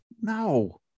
No